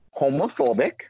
homophobic